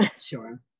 Sure